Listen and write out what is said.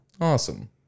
Awesome